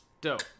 dope